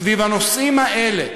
סביב הנושאים האלה,